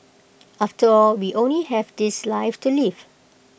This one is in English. after all we only have this life to live